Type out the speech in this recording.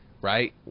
Right